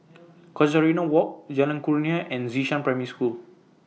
Casuarina Walk Jalan Kurnia and Xishan Primary School